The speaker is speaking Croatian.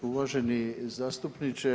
Uvaženi zastupniče.